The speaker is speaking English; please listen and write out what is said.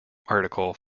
article